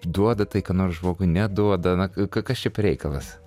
duoda tai ką nors žmogui neduoda na ka kas čia per reikalas